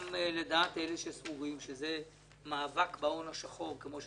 גם לדעת אלה שסבורים שזה מאבק בהון השחור כמו שצריך,